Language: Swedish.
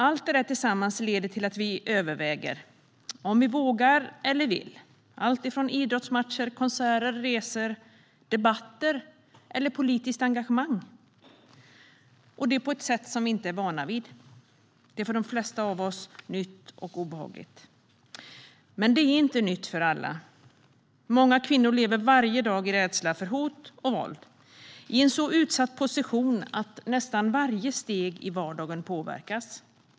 Allt detta tillsammans leder till att vi överväger om vi vågar eller vill göra saker. Det gäller idrottsmatcher, konserter, resor, debatter och politiskt engagemang. Detta är vi inte vana vid. Det är för de flesta av oss nytt och obehagligt. Men det är inte nytt för alla. Många kvinnor lever varje dag i rädsla för hot och våld. De är i en så utsatt position att nästan varje steg i vardagen påverkas.